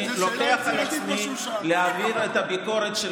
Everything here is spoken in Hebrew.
אני לוקח על עצמי להעביר את הביקורת של